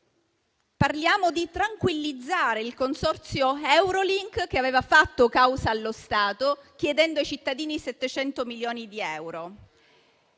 parlando di tranquillizzare il consorzio Eurolink, che aveva fatto causa allo Stato, chiedendo ai cittadini 700 milioni di euro.